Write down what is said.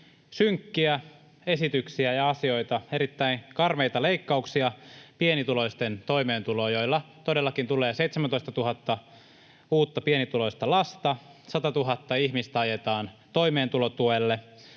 synkkiä esityksiä ja asioita, erittäin karmeita leikkauksia pienituloisten toimeentuloon, joilla todellakin tulee 17 000 uutta pienituloista lasta, 100 000 ihmistä ajetaan toimeentulotuelle